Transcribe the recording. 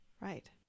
Right